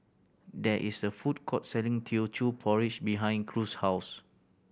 there is a food court selling Teochew Porridge behind Cruz's house